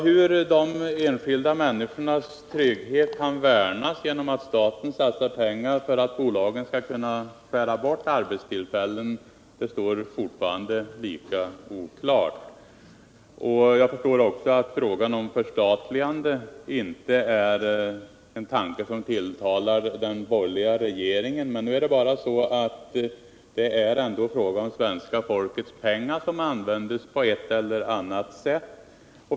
Hur de enskilda människornas trygghet kan värnas genom att staten satsar pengar för att bolaget skall kunna skära bort arbetstillfällen står fortfarande lika oklart. Jag förstår också att ett förstatligande är en tanke som inte tilltalar den borgerliga regeringen. Men det är ändå fråga om svenska folkets pengar, som används på ett eller annat sätt.